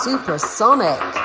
Supersonic